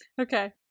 Okay